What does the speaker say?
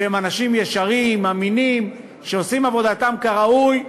שהם אנשים ישרים ואמינים שעושים עבודתם כראוי.